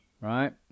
right